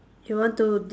you want to